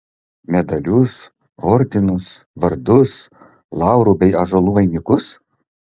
medalius ordinus vardus laurų bei ąžuolų vainikus